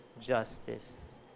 justice